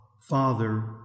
Father